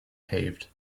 paved